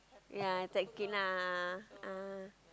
ya it's like ah ah